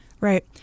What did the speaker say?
Right